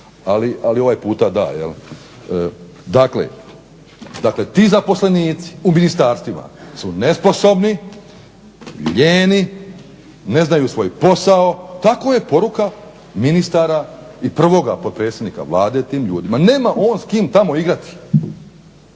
ali ovaj puta da. Dakle, ti zaposlenici u ministarstvima su nesposobni, lijeni, ne znaju svoj posao. Takva je poruka ministara i prvoga potpredsjednika Vlade tim ljudima. Nema on s kim tamo igrati,